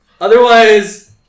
Otherwise